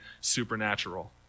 supernatural